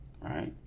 right